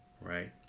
right